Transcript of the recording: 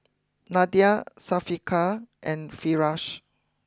Nadia Syafiqah and Firash